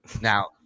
Now